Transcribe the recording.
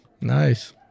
Nice